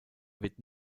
wird